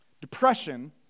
depression